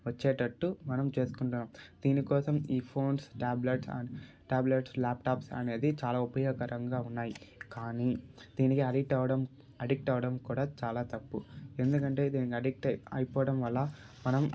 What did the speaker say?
వచ్చేటట్టు మనం చేసుకుంటాం దీనికోసం ఈ ఫోన్స్ ట్యాబ్లేట్స్ ట్యాబ్లేట్స్ ల్యాప్టాప్స్ అనేది చాలా ఉపయోగకరంగా ఉన్నాయి కానీ దీనికి అడిక్ట్ అవ్వడం అడిక్ట్ అవ్వడం కూడా చాలా తప్పు ఎందుకంటే దీనికి అడిక్ట్ అయి అయిపోవడం వల్ల మనం